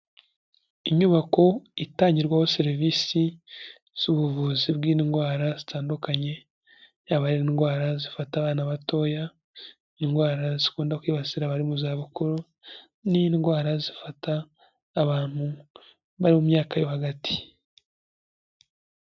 Inyubako itangirwaho serivisi z'ubuvuzi bw'indwara zitandukanye, yaba ari indwara zifata abana batoya, indwara zikunda kwibasira abari mu zabukuru n'indwara zifata abantu bo mu myaka yo hagati.